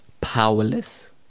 powerless